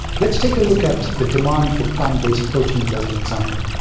let's take a look at the demand for plant based proteins as an example.